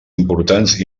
importants